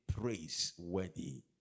praiseworthy